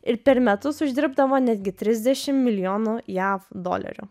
ir per metus uždirbdavo netgi trisdešim milijonų jav dolerių